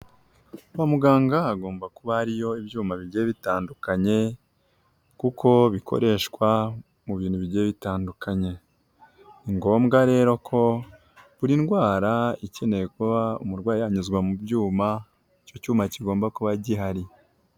Kwa muganga hagomba kuba hariyo ibyuma bigiye bitandukanye, kuko bikoreshwa mu bintu bigiye bitandukanye. Ni ngombwa rero ko buri ndwara ikeneye kuba umurwayi yanyuzwa mu byuma, icyo cyuma kigomba kuba gihari.